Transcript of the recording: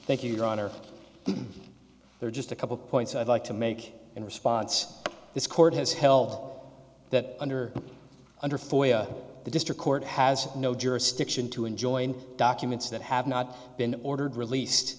thank you ron are there just a couple points i'd like to make in response this court has held that under under the district court has no jurisdiction to enjoin documents that have not been ordered released